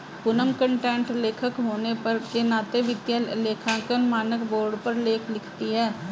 Poonam content लेखक होने के नाते वित्तीय लेखांकन मानक बोर्ड पर लेख लिखती है